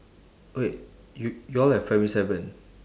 wait you y'all have primary seven